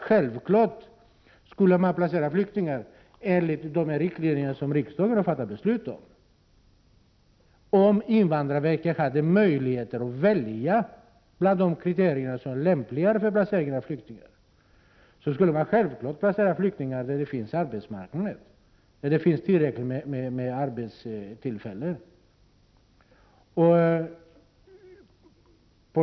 Självfallet skall man placera flyktingarna efter de riktlinjer som riksdagen har fattat beslut om, bara invandrarverket har möjligheter att välja bland de kriterier som är lämpliga för placering av flyktingar. Man skall självfallet placera flyktingar där det finns en arbetsmarknad och tillräckligt med arbetstillfällen.